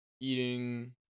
eating